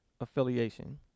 affiliation